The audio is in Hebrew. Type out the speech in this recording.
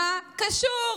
מה קשור?